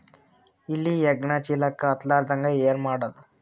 ಇಲಿ ಹೆಗ್ಗಣ ಚೀಲಕ್ಕ ಹತ್ತ ಲಾರದಂಗ ಏನ ಮಾಡದ?